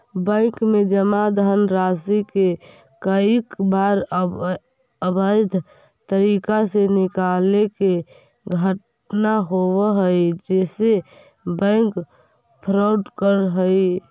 bank में जमा धनराशि के कईक बार अवैध तरीका से निकाले के घटना होवऽ हइ जेसे बैंक फ्रॉड करऽ हइ